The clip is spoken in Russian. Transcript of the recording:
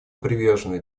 привержены